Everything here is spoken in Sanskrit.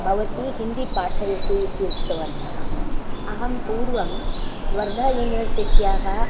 भवती हिन्दीं पाठयतु इति उक्तवन्तः अहं पूर्वं वर्धा युनिवर्सिट्याः